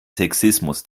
sexismus